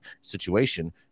situation